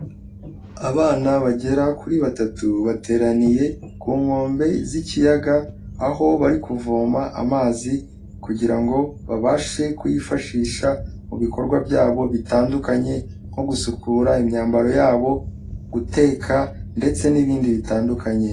Abana bagera kuri batatu, bateraniye ku nkombe z'ikiyaga, aho bari kuvoma amazi kugira ngo babashe kuyifashisha mu bikorwa byabo bitandukanye, nko gusukura imyambaro yabo, guteka ndetse n'ibindi bitandukanye.